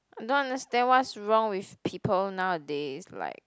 I don't understand what's wrong with people nowadays like